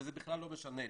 וזה בכלל לא משנה לי.